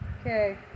Okay